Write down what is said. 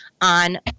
on